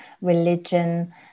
religion